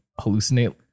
hallucinate